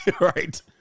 Right